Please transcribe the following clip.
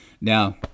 now